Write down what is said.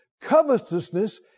Covetousness